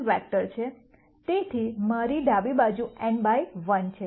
તેથી મારી ડાબી બાજુ n બાય 1 છે